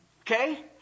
Okay